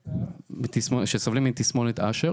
שסובלים מתסמונת אשר